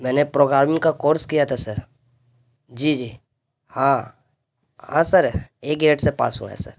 میں نے پروگرامنگ کا کورس کیا تھا سر جی جی ہاں ہاں سر اے گریٹ سے پاس ہوا ہے سر